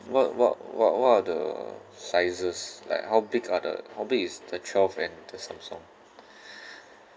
what what what what are the sizes like how big are the how big is the twelve and the Samsung